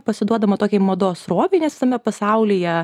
pasiduodama tokiai mados srovei nes visame pasaulyje